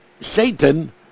Satan